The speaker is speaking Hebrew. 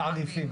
בתעריפים.